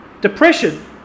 Depression